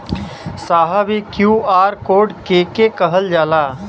साहब इ QR code के के कहल जाला?